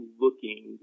looking